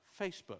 Facebook